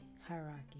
hierarchy